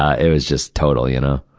ah it was just totally, you know,